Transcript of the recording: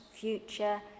future